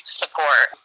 support